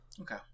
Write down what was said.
Okay